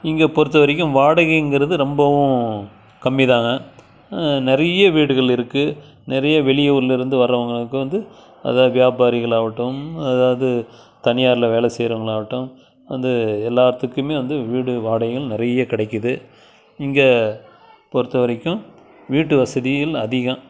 இங்கே பொறுத்தவரைக்கும் வாடகைங்கிறது ரொம்பவும் கம்மிதாங்க நிறைய வீடுகள் இருக்குது நிறைய வெளியூரில் இருந்து வர்றவங்களுக்கும் வந்து அதா வியாபாரிகளாகட்டும் அதாவது தனியாரில் வேலை செய்கிறவங்களாகட்டும் வந்த எல்லாத்துக்குமே வந்து வீடு வாடகைகள் நிறைய கிடைக்கிது இங்கே பொறுத்தவரைக்கும் வீட்டு வசதிகள் அதிகம்